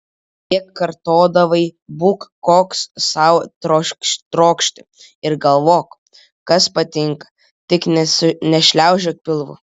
kiek kartodavai būk koks sau trokšti ir galvok kas patinka tik nešliaužiok pilvu